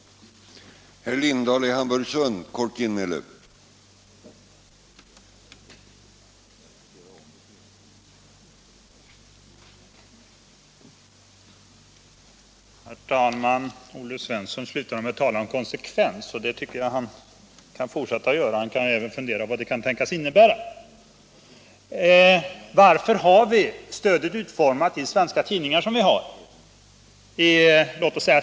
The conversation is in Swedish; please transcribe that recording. sen m.m.